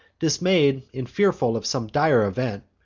dismay'd, and fearful of some dire event,